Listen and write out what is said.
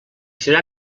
serà